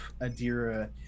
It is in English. Adira